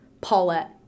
Paulette